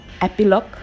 epilogue